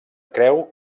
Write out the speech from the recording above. creu